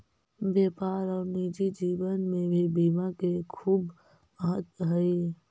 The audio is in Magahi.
व्यापार और निजी जीवन में भी बीमा के खूब महत्व हई